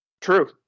True